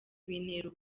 bintera